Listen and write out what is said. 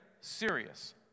serious